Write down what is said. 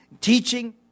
Teaching